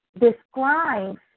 describes